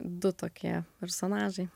du tokie personažai